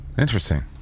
Interesting